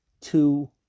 two